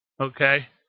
Okay